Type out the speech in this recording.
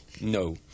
No